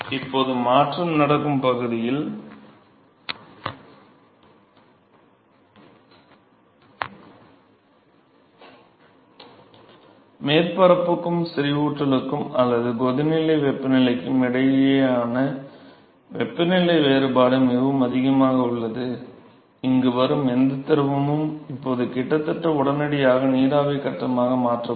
இப்போது மாற்றம் நடக்கும் பகுதியில் மேற்பரப்புக்கும் செறிவூட்டலுக்கும் அல்லது கொதிநிலை வெப்பநிலைக்கும் இடையிலான வெப்பநிலை வேறுபாடு மிகவும் அதிகமாக உள்ளது இங்கு வரும் எந்த திரவமும் இப்போது கிட்டத்தட்ட உடனடியாக நீராவி கட்டமாக மாற்றப்படும்